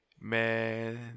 Man